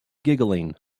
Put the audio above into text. giggling